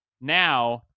now